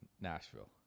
nashville